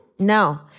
No